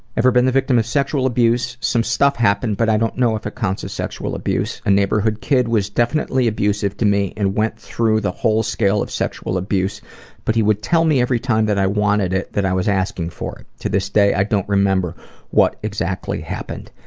ever been the victim of sexual abuse some stuff happened but i don't know if it counts as sexual abuse. a neighborhood kid was abusive to me and went through the whole scale of sexual abuse but he would tell me every time that i wanted it and that i was asking for it. to this day, i don't remember what exactly happened.